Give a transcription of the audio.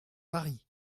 paris